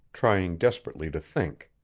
trying desperately to think.